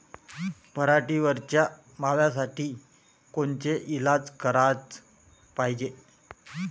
पराटीवरच्या माव्यासाठी कोनचे इलाज कराच पायजे?